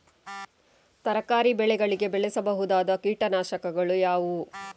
ತರಕಾರಿ ಬೆಳೆಗಳಿಗೆ ಬಳಸಬಹುದಾದ ಕೀಟನಾಶಕಗಳು ಯಾವುವು?